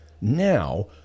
now